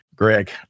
Greg